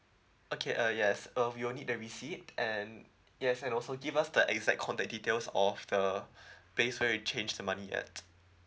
okay uh yes uh we will need the receipt and yes and also give us the exact contact details of the place where you changed the money at